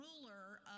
ruler